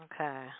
Okay